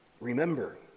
remember